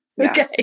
Okay